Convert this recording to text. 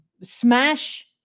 smash